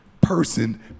person